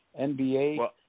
NBA